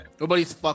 nobody's